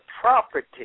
property